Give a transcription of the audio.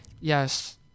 yes